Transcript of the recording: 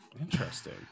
interesting